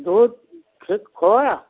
दूध ख खोआ